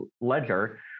ledger